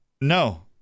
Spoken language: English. no